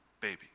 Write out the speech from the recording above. baby